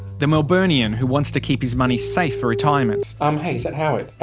the melburnian who wants to keep his money safe for retirement. um hey, is that howard?